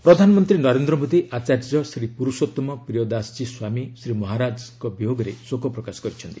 PM condolence ପ୍ରଧାନମନ୍ତ୍ରୀ ନରେନ୍ଦ୍ର ମୋଦୀ ଆଚାର୍ଯ୍ୟ ଶ୍ରୀ ପୁରୁଷୋଉମ ପ୍ରିୟଦାସଜୀ ସ୍ୱାମୀ ଶ୍ରୀମହାରାଜ ଙ୍କ ବିୟୋଗରେ ଶୋକ ପ୍ରକାଶ କରିଛନ୍ତି